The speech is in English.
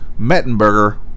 Mettenberger